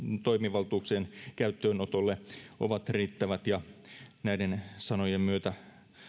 toimivaltuuksien käyttöönotolle ovat riittävät ja näiden sanojen myötä